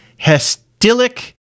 Hestilic